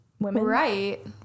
Right